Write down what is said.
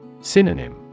Synonym